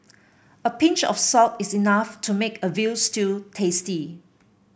a pinch of salt is enough to make a veal stew tasty